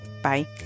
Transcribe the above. Bye